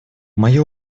мое